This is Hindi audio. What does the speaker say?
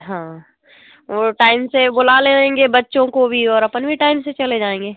हाँ वो टाइम से बुला लेंगे बच्चो को भी और अपन भी टाइम से चले जाएंगे